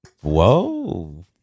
Whoa